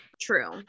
true